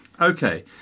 okay